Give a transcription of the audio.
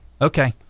Okay